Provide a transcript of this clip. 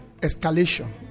escalation